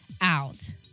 out